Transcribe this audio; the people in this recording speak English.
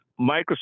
Microsoft